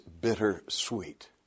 bittersweet